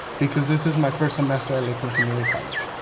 because this is my first semester at lakeland community college.